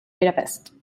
budapest